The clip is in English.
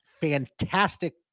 fantastic